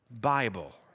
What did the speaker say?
Bible